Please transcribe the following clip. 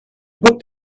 booked